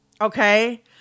Okay